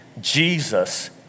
Jesus